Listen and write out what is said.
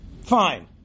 fine